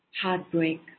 heartbreak